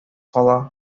кала